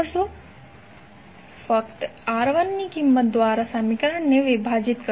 તમે ફક્ત R1 ની કિંમત દ્વારા સમીકરણને વિભાજિત કરશો